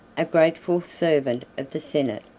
a grateful servant of the senate,